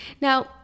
Now